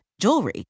jewelry